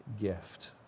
gift